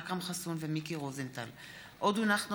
אכרם חסון ומיקי רוזנטל בנושא: הריאיון